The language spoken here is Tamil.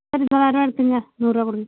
சரி தொள்ளாயிரருவா எடுத்துகோங்க நூறுரூவா கொடுங்க